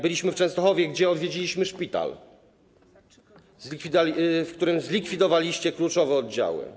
Byliśmy w Częstochowie, gdzie odwiedziliśmy szpital, w którym zlikwidowaliście kluczowe oddziały.